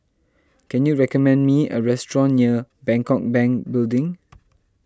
can you recommend me a restaurant near Bangkok Bank Building